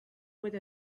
with